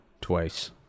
twice